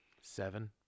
Seven